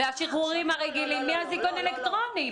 והשחרורים הרגילים, מי אזיקון אלקטרוני?